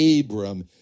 Abram